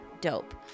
Dope